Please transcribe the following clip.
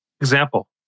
Example